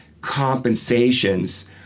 compensations